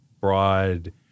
broad